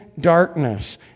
darkness